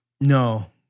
No